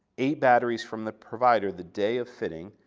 eight batteries from the provider the day of fitting,